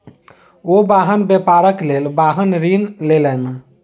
ओ वाहन व्यापारक लेल वाहन ऋण लेलैन